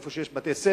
איפה שיש בתי-ספר,